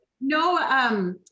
no